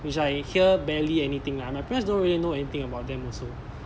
which I hear barely anything lah my parents don't really know anything about them also